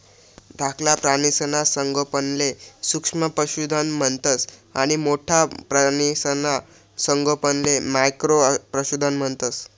धाकला प्राणीसना संगोपनले सूक्ष्म पशुधन म्हणतंस आणि मोठ्ठा प्राणीसना संगोपनले मॅक्रो पशुधन म्हणतंस